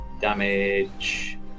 damage